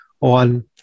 on